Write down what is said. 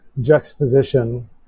juxtaposition